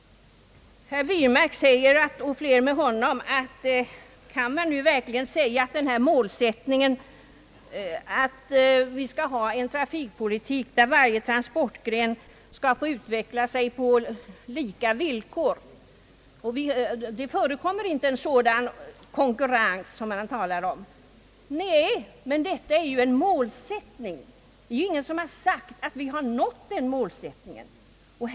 Herr Wirmark och fler med honom ifrågasätter om vi verkligen nu har den trafikpolitik som talades om 1963, nämligen en konkurrens på lika villkor mellan transportgrenarna. Nej, men detta, herr Wirmark, var ju en målsättning; ingen har sagt att vi har nått den målsättningen.